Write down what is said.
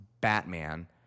Batman